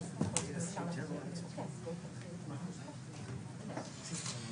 הרי יש כמה ארגונים שקיבלו עד עכשיו כסף מתוך השני מיליון ₪ שתוקצבו לשם